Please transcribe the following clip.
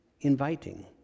inviting